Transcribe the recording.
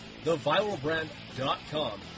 theviralbrand.com